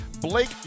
Blake